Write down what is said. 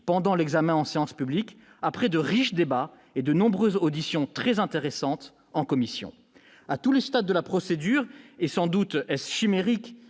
pendant les débats en séance publique, après de riches débats et de nombreuses auditions très intéressantes en commission. À tous les stades de la procédure- mais sans doute est-ce chimérique